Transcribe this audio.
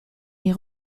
est